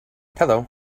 hello